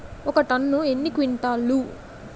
ఒక టన్ను ఎన్ని క్వింటాల్లు?